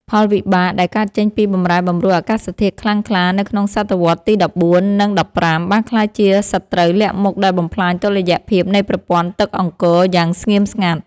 ផលវិបាកដែលកើតចេញពីបម្រែបម្រួលអាកាសធាតុខ្លាំងក្លានៅក្នុងសតវត្សទី ១៤ និង ១៥ បានក្លាយជាសត្រូវលាក់មុខដែលបំផ្លាញតុល្យភាពនៃប្រព័ន្ធទឹកអង្គរយ៉ាងស្ងៀមស្ងាត់។